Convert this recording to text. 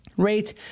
rate